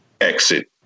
exit